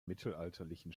mittelalterlichen